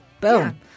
boom